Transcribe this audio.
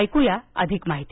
ऐकू या अधिक माहिती